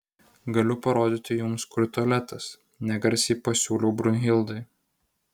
galiu parodyti jums kur tualetas negarsiai pasiūliau brunhildai